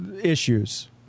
issues